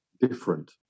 different